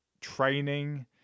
training